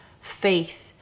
faith